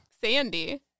Sandy